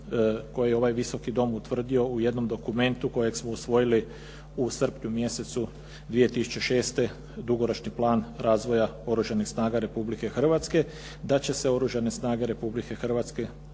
koje je ovaj Visoki dom utvrdio u jednom dokumentu kojeg smo usvojili u srpnju mjesecu 2006. Dugoročni plan razvoja Oružanih snaga Republike Hrvatske da će se Oružane snage Republike Hrvatske